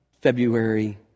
February